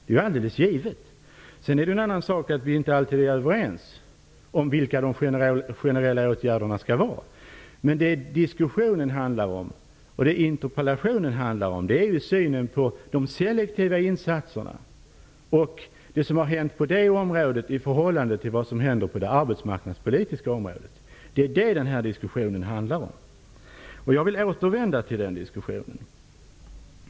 En annan sak är att vi sedan inte alltid är överens om vilka de generella åtgärderna skall vara. Men det som diskussionen och interpellationen handlar om är synen på de selektiva insatserna och det som har hänt på det området i förhållande till vad som händer på det arbetsmarknadspolitiska området. Det är det som den här diskussionen handlar om, och jag vill återvända till den.